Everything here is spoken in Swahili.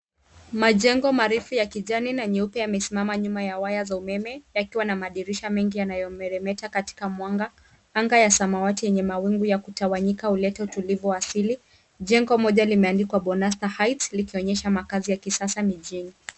Majengo marefu ya kijani na nyeupe yamesimama nyuma ya waya za umeme yakiwa na madirisha mengi yanayomeremeta katika mwanga. Anga ya samawati yenye mawingu ya kutawanyika huleta utulivu wa asili. Jengo moja limeandikwa Bonasta Heights likionyesha makazi ya kisasa mijini.